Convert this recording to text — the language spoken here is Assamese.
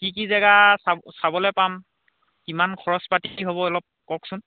কি কি জেগা চাবলৈ পাম কিমান খৰচ পাতি হ'ব অলপ কওকচোন